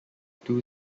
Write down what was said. two